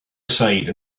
aside